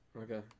Okay